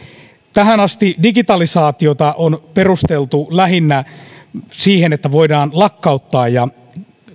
tähän asti digitalisaatiota on perusteltu lähinnä sillä että voidaan lakkauttaa ja